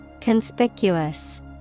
conspicuous